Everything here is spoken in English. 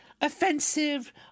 offensive